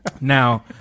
now